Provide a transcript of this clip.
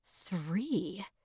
Three